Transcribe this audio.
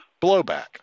blowback